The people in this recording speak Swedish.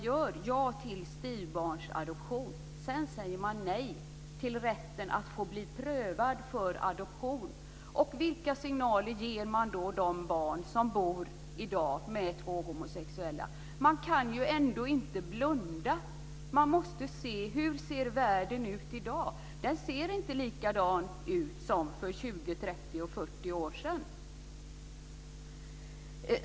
Då är det märkligt att man säger nej till rätten att bli prövad för adoption, och vilka signaler ger man då de barn som i dag bor med två homosexuella föräldrar? Man kan inte blunda för hur världen ser ut i dag. Den ser inte likadan ut som för 20-40 år sedan.